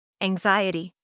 Anxiety